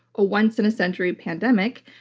a once in a century pandemic,